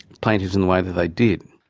plaintiffs in the way that they did.